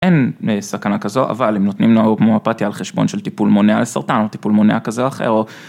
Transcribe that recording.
אין סכנה כזו, אבל אם נותנים לו, הומאופטיה על חשבון של טיפול מונע לסרטן, או טיפול מונע כזה או אחר.